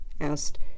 asked